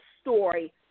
story